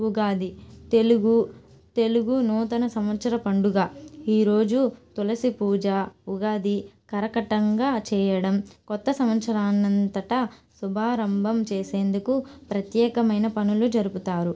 ఉగాది తెలుగు తెలుగు నూతన సంవత్సర పండుగ ఈరోజు తులసి పూజ ఉగాది కరకట్టంగా చేయడం కొత్త సంవత్సరాన్నంతట శుభారభం చేసేందుకు ప్రత్యేకమైన పనులు జరుపుతారు